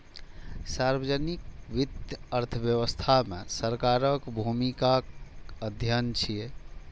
सार्वजनिक वित्त अर्थव्यवस्था मे सरकारक भूमिकाक अध्ययन छियै